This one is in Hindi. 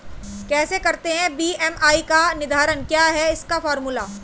कैसे करते हैं बी.एम.आई का निर्धारण क्या है इसका फॉर्मूला?